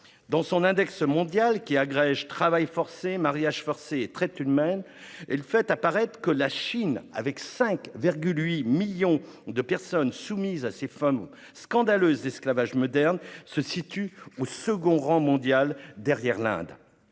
Son index mondial, qui agrège travail forcé, mariage forcé et traite humaine, fait apparaître que la Chine, avec 5,8 millions de personnes soumises à ces formes scandaleuses d'esclavage moderne, se situe au deuxième rang mondial, derrière l'Inde.